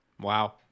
Wow